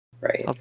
Right